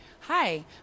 Hi